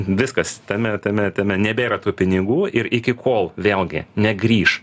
viskas tame tame tame nebėra tų pinigų ir iki kol vėlgi negrįš